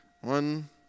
one